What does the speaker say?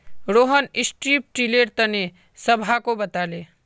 Rohan strip tiller तने सबहाको बताले